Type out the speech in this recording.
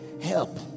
help